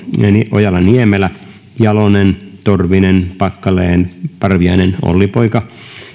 ojala niemelä jalonen torvinen packalen parviainen olli poika